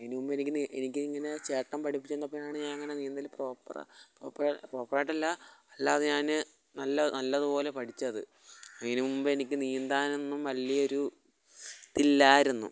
അതിന് മുമ്പ് എനിക്ക് എനിക്കിങ്ങനെ ചേട്ടൻ പഠിപ്പിച്ചുതന്നപ്പോഴാണ് ഞാനിങ്ങനെ നീന്തല് പ്രോപ്പറായിട്ടല്ല അല്ലാതെ ഞാന് നല്ലതുപോലെ പഠിച്ചത് അതിന് മുമ്പെനിക്ക് നീന്താനൊന്നും വലിയൊരു ഇതില്ലായിരുന്നു